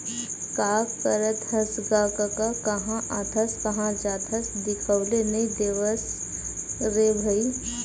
का करत हस गा कका काँहा आथस काँहा जाथस दिखउले नइ देवस रे भई?